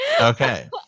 Okay